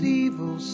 evil